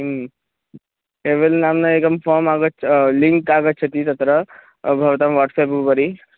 किं केवलं नाम्ना एकं फ़ाम आगच्छ लिङ्क् आगच्छति तत्र भवतां वाट्सप् उपरि